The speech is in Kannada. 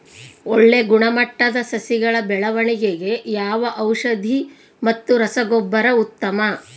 ಒಳ್ಳೆ ಗುಣಮಟ್ಟದ ಸಸಿಗಳ ಬೆಳವಣೆಗೆಗೆ ಯಾವ ಔಷಧಿ ಮತ್ತು ರಸಗೊಬ್ಬರ ಉತ್ತಮ?